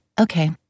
okay